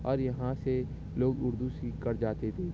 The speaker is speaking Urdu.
اور یہاں سے لوگ اردو سیکھ کر جاتے تھے